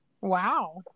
Wow